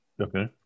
Okay